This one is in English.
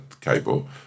cable